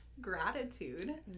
gratitude